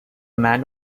man